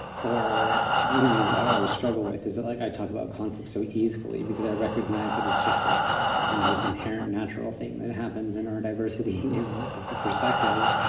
or one of the things i always struggle with is it like i talked about conflict so easily, because i recognize that it's just ah kind of this inherent natural thing that happens in our diversity of perspectives.